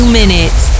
minutes